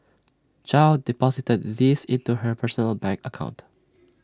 chow deposited these into her personal bank account